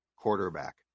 Quarterback